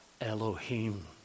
Elohim